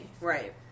Right